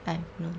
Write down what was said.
I've no